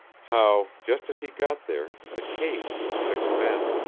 how, just as he got there, the cage of six men,